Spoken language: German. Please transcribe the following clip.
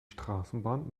straßenbahn